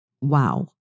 Wow